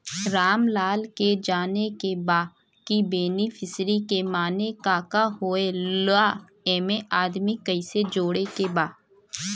रामलाल के जाने के बा की बेनिफिसरी के माने का का होए ला एमे आदमी कैसे जोड़े के बा?